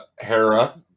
Hera